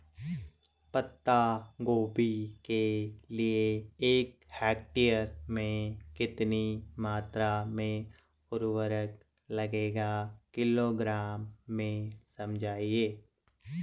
पत्ता गोभी के लिए एक हेक्टेयर में कितनी मात्रा में उर्वरक लगेगा किलोग्राम में समझाइए?